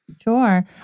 Sure